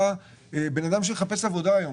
אדם שמחפש עבודה היום